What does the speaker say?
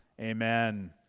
amen